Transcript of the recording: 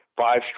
five